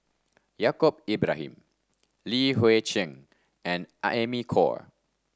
Yaacob Ibrahim Li Hui Cheng and Amy Khor